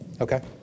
Okay